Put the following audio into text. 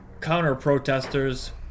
counter-protesters